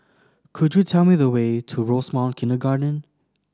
could you tell me the way to Rosemount Kindergarten